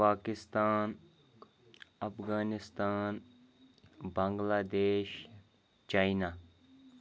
Pakistan Afghanistan Bangladesh China